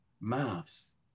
mass